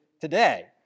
today